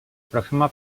pròxima